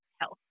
health